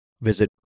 visit